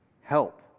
help